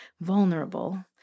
vulnerable